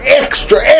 extra